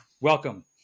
Welcome